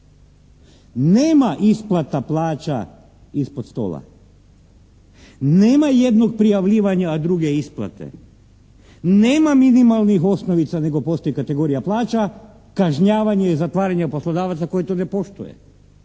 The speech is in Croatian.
nema isplata plaća ispod stola. Nema jednog prijavljivanja, a druge isplate. Nema minimalnih osnovica nego postoji kategorija plaća, kažnjavanje i zatvaranje poslodavaca koji to ne poštuje.